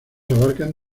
abarcan